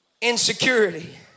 insecurity